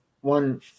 one